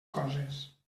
coses